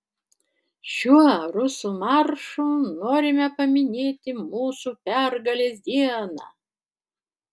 šiuo rusų maršu norime paminėti mūsų pergalės dieną